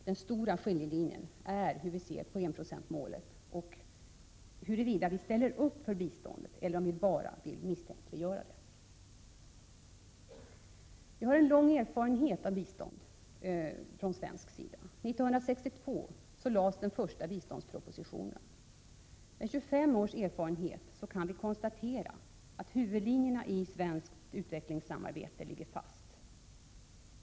Den stora skiljelinjen gäller vår syn på enprocentsmålet och huruvida vi ställer upp för bistånd eller om vi bara vill misstänkliggöra det. Vi har lång erfarenhet av bistånd från svensk sida. 1962 lades den första biståndspropositionen fram. Med 25 års erfarenhet kan vi alltså konstatera att huvudlinjerna i svenskt utvecklingssamarbete ligger fast.